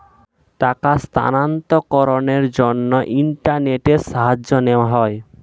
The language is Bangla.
টাকার স্থানান্তরকরণের জন্য ইন্টারনেটের সাহায্য নেওয়া হয়